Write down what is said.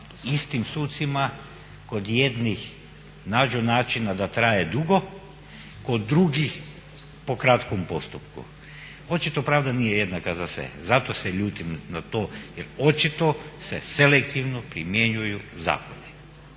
istim sucima kod jednih nađu načina da traje dugo, kod drugih po kratkom postupku. Očito pravda nije jednaka za sve, zato se ljutim na to jer očito se selektivno primjenjuju zakoni.